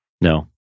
no